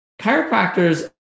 Chiropractors